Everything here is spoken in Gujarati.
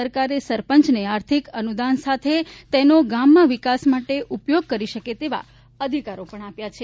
સરકારે સરપંચને આર્થિક અનુદાન સાથે તેનો ગામના વિકાસ માટે ઉપયોગ કરી શકે તેવા અધિકારો પણ આપ્યા છે